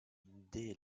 dès